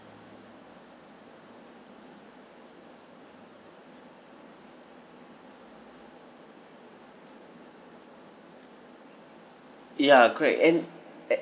ya corrrect and